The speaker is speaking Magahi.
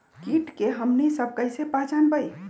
किट के हमनी सब कईसे पहचान बई?